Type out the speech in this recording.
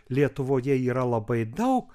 lietuvoje yra labai daug